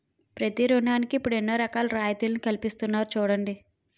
ప్రతి ఋణానికి ఇప్పుడు ఎన్నో రకాల రాయితీలను కల్పిస్తున్నారు చూడండి